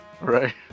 Right